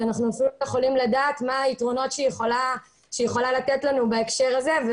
אז אנחנו לא יכולים לדעת מה היתרונות שהיא יכולה לתת לנו בהקשר הזה.